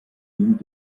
dient